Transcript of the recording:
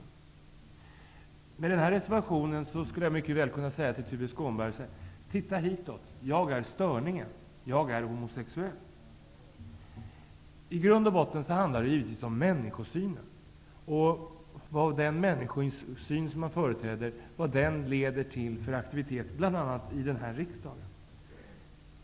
När det gäller den här reservationen skulle jag mycket väl kunna säga till Tuve Skånberg säga: Titta hitåt! Jag är störningen. Jag är homosexuell. I grund och botten handlar det givetvis om människosynen och om vad den människosyn som man företräder leder till för aktiviteter, bl.a. här i riksdagen.